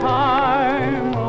time